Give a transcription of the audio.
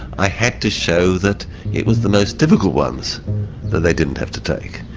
i had to show that it was the most difficult ones that they didn't have to take.